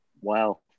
wow